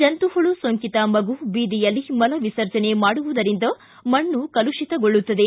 ಜಂತುಹುಳು ಸೋಂಕಿತ ಮಗು ಬೀದಿಯಲ್ಲಿ ಮಲ ವಿಸರ್ಜನೆ ಮಾಡುವುದರಿಂದ ಮಣ್ಣು ಕಲುಷಿತಗೊಳ್ಳುತ್ತದೆ